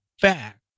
fact